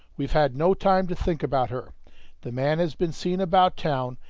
we've had no time to think about her the man had been seen about town,